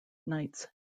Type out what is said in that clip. knights